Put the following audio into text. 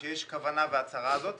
על כך שיש כוונה והצהרה על כך,